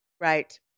right